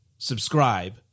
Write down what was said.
Subscribe